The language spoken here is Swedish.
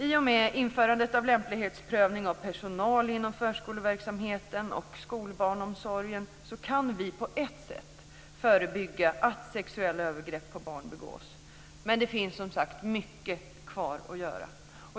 I och med införandet av lämplighetsprövning av personal inom förskoleverksamheten och skolbarnomsorgen kan vi på ett sätt förebygga att sexuella övergrepp på barn begås, men det finns som sagt mycket kvar att göra.